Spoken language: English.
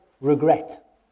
regret